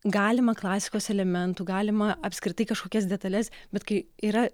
galima klasikos elementų galima apskritai kažkokias detales bet kai yra